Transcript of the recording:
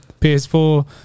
PS4